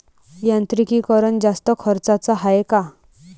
यांत्रिकीकरण जास्त खर्चाचं हाये का?